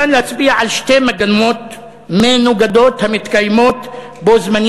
אפשר להצביע על שתי מגמות מנוגדות המתקיימות בו בזמן